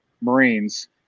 Marines